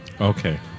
Okay